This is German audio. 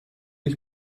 ich